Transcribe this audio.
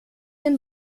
denn